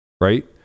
right